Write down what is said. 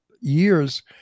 years